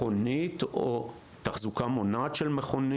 במכונית או תחזוקה מונעת של מכונית,